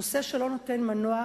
נושא שלא נותן מנוח,